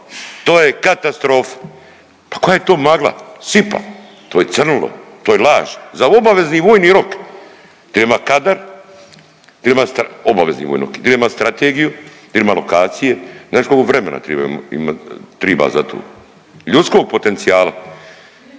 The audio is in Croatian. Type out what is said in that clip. to je katastrofa. Pa koja je to magla, sipa, to je crnilo, to je laž. Za obavezni vojni rok treba kadar, obavezni vojni rok, treba imat strategiju, … lokacije. Znaš kolko vremena triba za to, ljudskog potencijala?